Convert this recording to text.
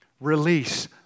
Release